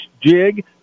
jig